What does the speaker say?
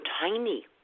tiny